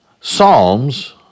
Psalms